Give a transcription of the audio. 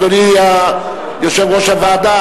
אדוני יושב-ראש הוועדה,